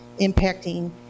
impacting